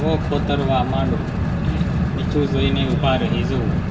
ભો ખોતરવા માંડવું એટલે નીચું જોઈને ઊભા રહી જવું